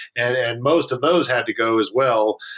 and and most of those had to go as well,